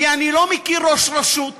כי אני לא מכיר ראש רשות שיעז,